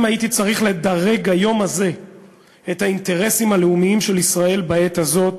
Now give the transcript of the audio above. אם הייתי צריך לדרג היום הזה את האינטרסים הלאומיים של ישראל בעת הזאת,